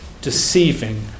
deceiving